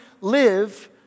live